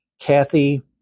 Kathy